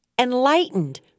enlightened